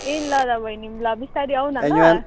ए ल ल बहिनी बिस्तारी आऊ न ल